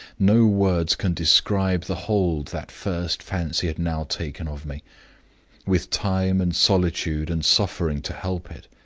no words can describe the hold that first fancy had now taken of me with time and solitude and suffering to help it.